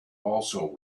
also